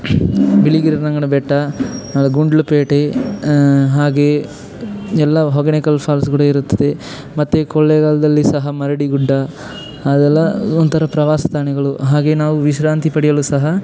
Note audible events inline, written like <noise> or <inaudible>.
ಬಿಳಿಗಿರಿ ರಂಗನ ಬೆಟ್ಟ <unintelligible> ಗುಂಡ್ಲುಪೇಟೆ ಹಾಗೆಯೇ ಎಲ್ಲ ಹೊಗೇನಕಲ್ ಫಾಲ್ಸ್ ಕೂಡ ಇರುತ್ತದೆ ಮತ್ತು ಕೊಳ್ಳೇಗಾಲದಲ್ಲಿ ಸಹ ಮರಡಿ ಗುಡ್ಡ ಅದೆಲ್ಲ ಒಂಥರ ಪ್ರವಾಸಿ ತಾಣಗಳು ಹಾಗೆ ನಾವು ವಿಶ್ರಾಂತಿ ಪಡೆಯಲು ಸಹ